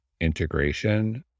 integration